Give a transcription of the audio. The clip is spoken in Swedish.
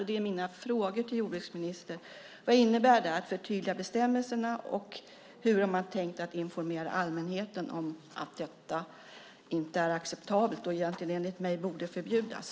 Det är mina frågor till jordbruksministern: Vad innebär att förtydliga bestämmelserna, och hur har man tänkt informera allmänheten om att detta inte är acceptabelt? Enligt mig borde det egentligen förbjudas.